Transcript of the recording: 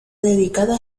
dedicada